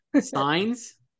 Signs